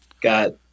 got